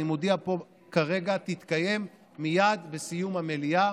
אני מודיע פה כרגע כי היא תתקיים מייד בסיום המליאה.